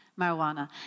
marijuana